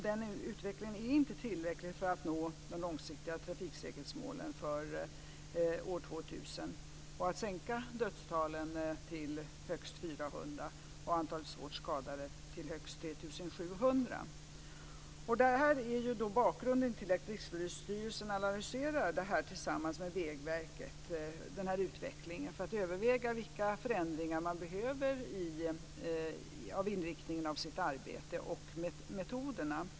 Den utvecklingen är inte tillräcklig för att man ska nå de långsiktiga trafiksäkerhetsmålen för år 2000 om att sänka dödstalen till högst 400 och antalet svårt skadade till högst 3 700. Det här är bakgrunden till att Rikspolisstyrelsen analyserar denna utveckling tillsammans med Vägverket för att överväga vilka förändringar man behöver göra i inriktningen av sitt arbete och metoderna.